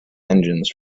engines